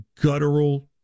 guttural